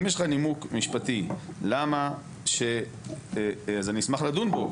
אם יש לך נימוק משפטי אז אני אשמח לדון בו,